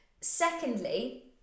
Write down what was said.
Secondly